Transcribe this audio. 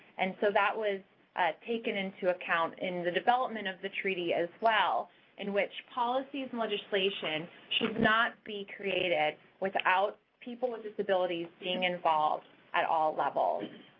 and so that was taken into account in the development of the treaty as well in which policies and legislation should not be created without people with disabilities being involved at all levels.